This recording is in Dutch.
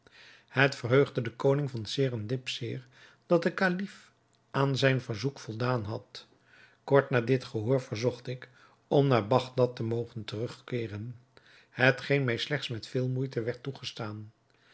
het verheugde den koning van serendib zeer dat de kalif aan zijn verzoek voldaan had kort na dit gehoor verzocht ik om naar bagdad te mogen terugkeeren hetgeen mij slechts met veel moeite werd toegestaan